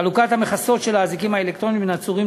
חלוקת המכסות של האזיקים האלקטרוניים בין עצורים